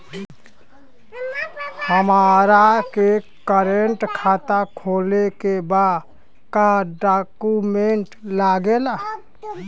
हमारा के करेंट खाता खोले के बा का डॉक्यूमेंट लागेला?